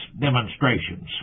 demonstrations